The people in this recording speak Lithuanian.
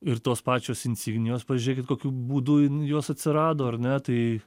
ir tos pačios insignijos pažiūrėkit kokiu būdu n jos atsirado ar ne tai